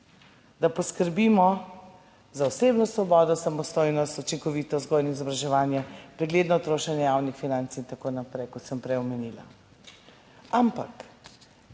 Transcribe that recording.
da poskrbimo za osebno svobodo, samostojnost, učinkovito vzgojno izobraževanje, pregledno trošenje javnih financ in tako naprej. Kot sem prej omenila, ampak